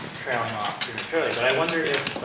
trailing off prematurely, but i wondered if,